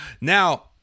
Now